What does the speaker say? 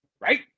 right